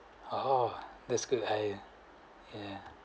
oh that's good I yeah